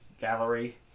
gallery